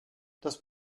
das